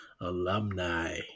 alumni